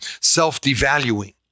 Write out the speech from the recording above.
self-devaluing